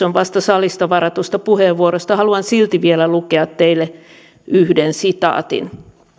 on vasta salista varatusta puheenvuorosta haluan silti vielä lukea teille yhden sitaatin